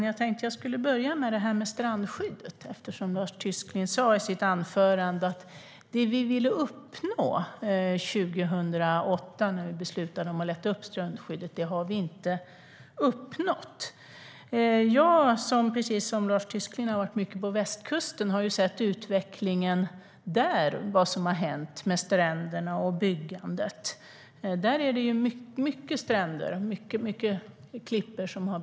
Jag tänkte börja med strandskyddet eftersom Lars Tysklind i sitt anförande sa att det man ville uppnå 2008 när man beslutade om att lätta på strandskyddet inte har uppnåtts. Jag har, precis som Lars Tysklind, varit mycket på västkusten och sett utvecklingen där, sett vad som hänt med stränderna och byggandet. Där finns mycket klippor som helt enkelt blivit privatiserade.